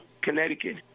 Connecticut